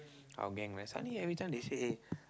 our gang right suddenly every time they say eh